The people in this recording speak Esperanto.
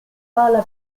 pala